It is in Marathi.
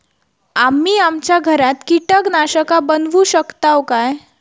आम्ही आमच्या घरात कीटकनाशका बनवू शकताव काय?